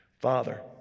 Father